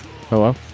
hello